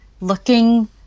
looking